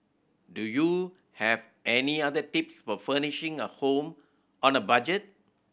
do you have any other tips for furnishing a home on a budget